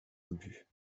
obus